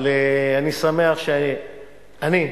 אבל אני שמח שאני,